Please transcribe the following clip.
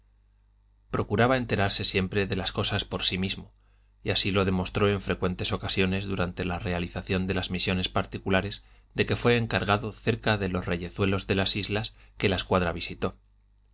procuraba enterarse siempre de las cosas por sí mismo y así lo demostró en frecuentes ocasiones durante la realización de las misiones particulares de que fué encargado cerca de los reyezuelos de las islas que la escuadra visitó